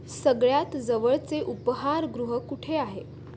सगळ्यात जवळचे उपहारगृह कुठे आहे